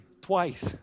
twice